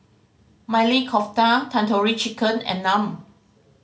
Maili Kofta Tandoori Chicken and Naan